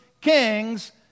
kings